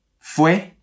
Fue